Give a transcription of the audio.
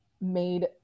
made